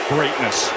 Greatness